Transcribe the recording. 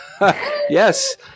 Yes